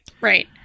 Right